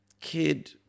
kid